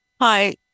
Hi